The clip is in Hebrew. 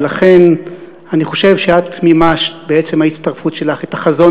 ולכן אני חושב שאת מימשת בעצם ההצטרפות שלך את החזון